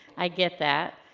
i get that.